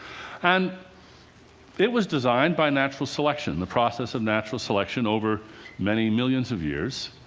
and it was designed by natural selection, the process of natural selection, over many millions of years.